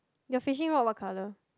your fishing rod what colour